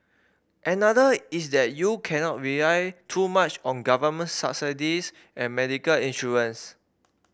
another is that you cannot rely too much on government subsidies and medical insurance